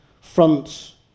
front